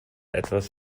etwas